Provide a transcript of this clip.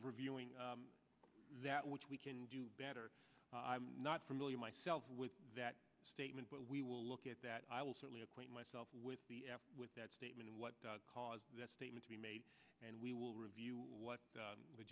reviewing that which we can do better i'm not familiar myself with that statement but we will look at that i will certainly acquaint myself with with that statement what caused that statement to be made and we will review what